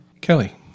Kelly